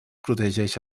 protegeix